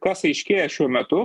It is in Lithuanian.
kas aiškėja šiuo metu